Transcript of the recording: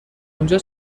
اونجا